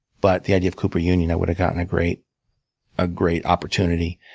but the idea of cooper union, i would have gotten a great ah great opportunity.